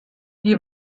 die